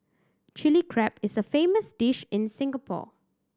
Chilli Crab is a famous dish in Singapore